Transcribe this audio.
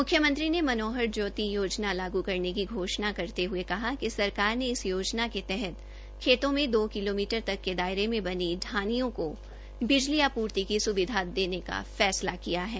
मुख्यमंत्री ने मनोहर ज्योति योजना लागू करने की घोषणा करते हुये कहा कि सरकार ने इस योजना के तहत खेतो में दो किलोमीटर तक के दायरे में बनी ढानियों को बिजली आपूर्ति की सुविधा देने का फैसला किया है